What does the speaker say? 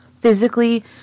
physically